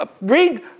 read